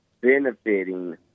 benefiting